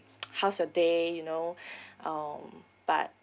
how's your day you know um but